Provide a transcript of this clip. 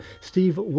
Steve